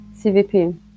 CVP